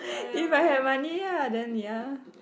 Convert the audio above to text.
if I have money lah then ya